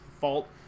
fault